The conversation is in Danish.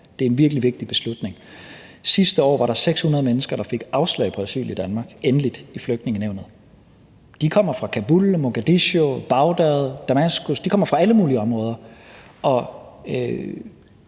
Det er en virkelig vigtig beslutning. Sidste år var der 600 mennesker, der fik endeligt afslag i Flygtningenævnet på asyl i Danmark. De kommer fra Kabul, Mogadishu, Bagdad, Damaskus – de kommer fra alle mulige områder.